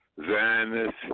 Zionist